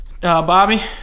Bobby